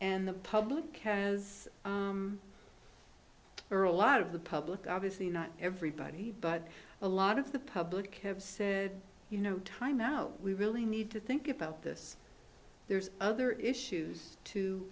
and the public has early lot of the public obviously not everybody but a lot of the public have said you know time out we really need to think about this there's other issues to